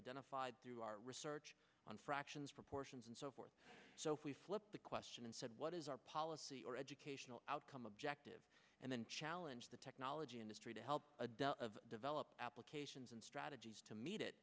identified through our research on fractions proportions and so forth so if we flip the question and said what is our policy or educational outcome objective and then challenge the technology industry to help adult of develop applications and strategies to meet it